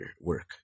work